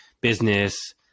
business